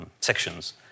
Sections